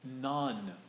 none